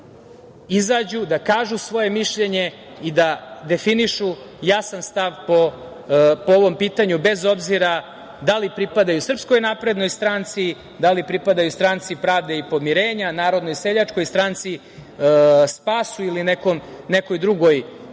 izađu, da kažu svoje mišljenje i da definišu jasan stav po ovom pitanju, bez obzira da li pripadaju SNS, da li pripadaju Stranci pravde i pomirenja, Narodnoj seljačkoj stranci, SPAS-u ili nekoj drugoj